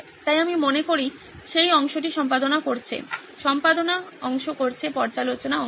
তাই আমি মনে করি সেই অংশটি সম্পাদনা করছে সম্পাদনা অংশ করছে পর্যালোচনা অংশ